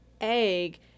egg